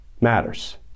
matters